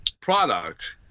product